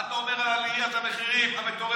מה אתה אומר על עליית המחירים המטורפת?